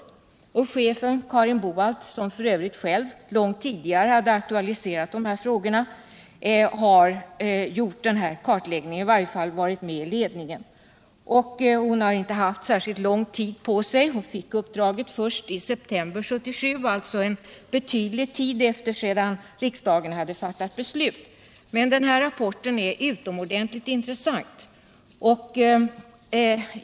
Dess chef Carin Boalt, som f. ö. själv långt tidigare hade aktualiserat dessa frågor, har gjort denna kartläggning eller i varje fall varit med iledningen. Hon har inte haft särskilt lång tid på sig — hon fick uppdraget först i september 1977, alltså en avsevärd tid efter det att riksdagen hade fattat beslut. Men denna rapport är utomordentligt intressant.